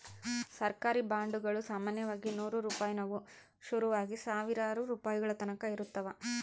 ಸರ್ಕಾರಿ ಬಾಂಡುಗುಳು ಸಾಮಾನ್ಯವಾಗಿ ನೂರು ರೂಪಾಯಿನುವು ಶುರುವಾಗಿ ಸಾವಿರಾರು ರೂಪಾಯಿಗಳತಕನ ಇರುತ್ತವ